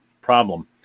problem